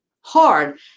hard